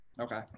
Okay